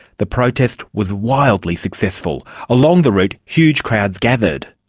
the protest was wildly successful. along the route huge crowds gathered.